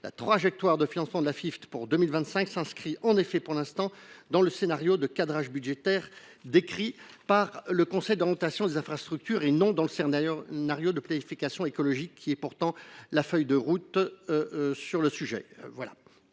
La trajectoire de financement de l’Afit France pour 2025 s’inscrit en effet, pour l’instant, dans le scénario de cadrage budgétaire du Conseil d’orientation des infrastructures (COI), et non dans son scénario de planification écologique, qui est pourtant la feuille de route sur ce sujet.